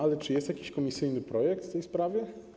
Ale czy jest jakiś komisyjny projekt w tej sprawie?